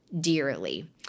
Dearly